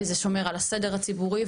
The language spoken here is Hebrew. וזה שומר על הסדר הציבורי.